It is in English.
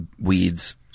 weeds